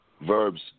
verbs